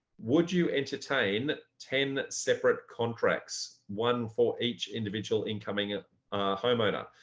would you entertain ten separate contracts, one for each individual incoming ah homeowner?